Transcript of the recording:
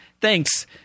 thanks